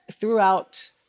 throughout